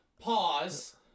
pause